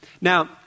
Now